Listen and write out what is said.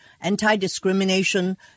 anti-discrimination